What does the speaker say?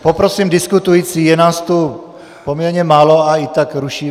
Poprosím diskutující: Je nás tu poměrně málo a i tak rušíme!